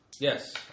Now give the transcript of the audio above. Yes